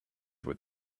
with